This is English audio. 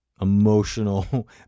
emotional